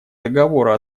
договора